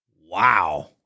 Wow